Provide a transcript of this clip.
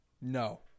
No